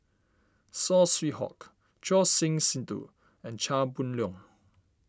Saw Swee Hock Choor Singh Sidhu and Chia Boon Leong